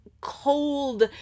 cold